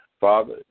Father